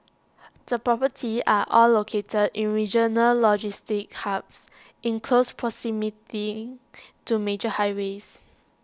the properties are all located in regional logistics hubs in close proximity to major highways